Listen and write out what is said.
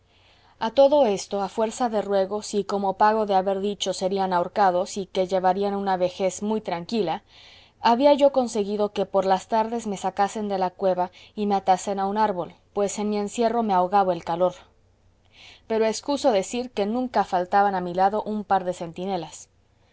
a todo esto a fuerza de ruegos y como pago de haber dicho serían ahorcados y que llevarían una vejez muy tranquila había yo conseguido que por las tardes me sacasen de la cueva y me atasen a un árbol pues en mi encierro me ahogaba de calor pero excuso decir que nunca faltaban a mi lado un par de centinelas